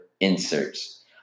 inserts